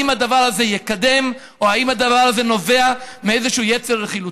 הדבר הזה יקדם או אם הדבר הזה נובע מאיזה יצר רכילותי.